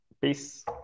peace